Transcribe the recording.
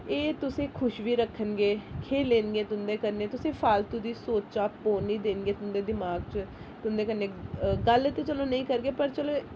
एह् तुसेंगी खुश बी रक्खन गे खेलन गे तुं'दे कन्नै तुसेंगी फालतू दी सोचां होन नी देन गै तुं'दे दमाग च तुंदे कन्नै गल्ल ते चलो नेईं करगे पर चलो